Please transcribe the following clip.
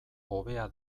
hobea